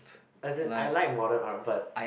as in I like modern art but